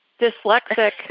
dyslexic